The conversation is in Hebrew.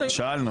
שאל את הייעוץ.